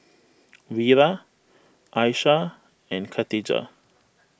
Wira Aishah and Khatijah